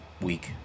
week